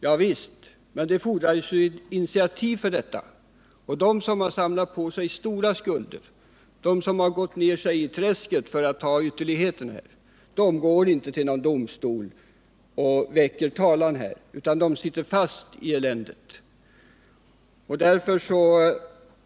Javisst, men det fordras ju ett initiativ för detta, och de som har samlat på sig stora skulder, de som har gått ner sig i träsket, för att ta ytterligheten här, går inte till domstol och väcker talan, utan de sitter fast i eländet.